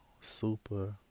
super